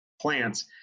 plants